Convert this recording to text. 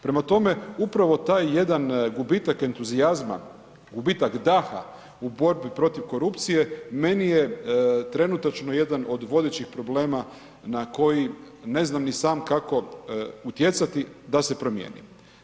Prema tome, upravo taj jedan gubitak entuzijazma, gubitak daha u borbi protiv korupcije meni je trenutačno jedan od vodećih problema na koji ne znam ni sam kako utjecati da se promijeniti.